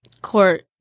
Court